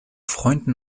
freunden